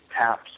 taps